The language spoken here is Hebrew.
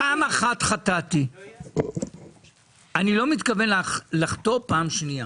פעם אחת חטאתי, אני לא מתכוון לחטוא פעם שנייה.